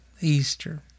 Easter